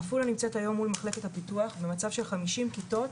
עפולה נמצאת היום מול מחלקת הפיתוח במצב של 50 כיתות